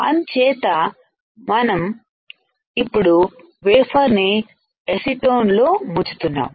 అం చేత మన మనం ఇప్పుడు వేఫర్ ని అసిటోన్లో ముంచుతున్న్నాము